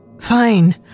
fine